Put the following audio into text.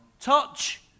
touch